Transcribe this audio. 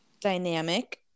dynamic